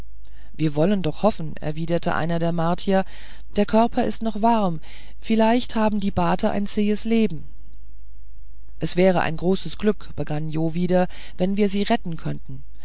wir wollen noch hoffen erwiderte einer der martier der körper ist noch warm vielleicht haben die bate ein zähes leben es wäre ein großes glück begann jo wieder wenn wir sie retten könnten